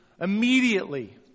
immediately